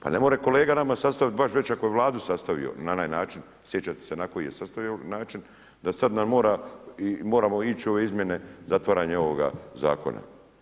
Pa ne more kolega nama sastaviti baš već ako je Vladu sastavio na onaj način, sjećate se na koji je sastavio način, da sad nam mora, moramo ić u ove izmjene zatvaranja ovoga Zakona.